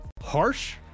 harsh